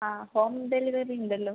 ആ home delivery ഉണ്ടല്ലോ